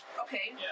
Okay